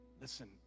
Listen